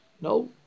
No